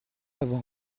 avoir